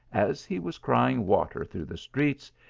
as he was crying water through the streets,